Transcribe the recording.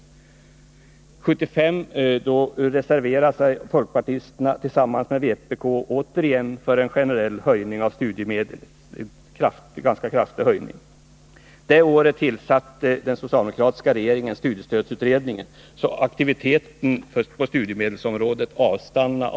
År 1975 reserverade sig folkpartisterna tillsammans med vpk återigen för en generell, ganska kraftig höjning av studiemedlen. Det året tillsatte den socialdemokratiska regeringen studiestödsutredningen, så aktiviteten på studiemedelsområdet blev litet avmattad.